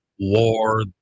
war